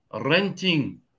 renting